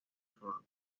frontón